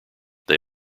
they